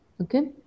Okay